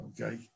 Okay